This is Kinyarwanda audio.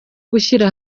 gushyira